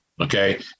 Okay